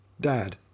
Dad